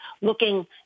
looking